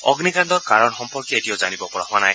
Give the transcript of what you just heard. অগ্নিকাণ্ডৰ কাৰণ সম্পৰ্কে এতিয়াও জানিব পৰা হোৱা নাই